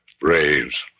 Braves